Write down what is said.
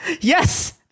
Yes